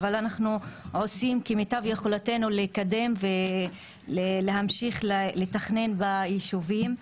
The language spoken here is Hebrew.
אבל אנחנו עושים כמיטב יכולתנו לקדם ולהמשיך לתכנן ביישובים.